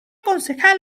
concejal